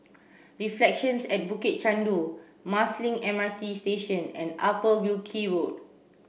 Reflections at Bukit Chandu Marsiling M R T Station and Upper Wilkie Road